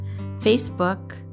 Facebook